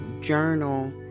journal